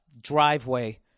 driveway